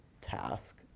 task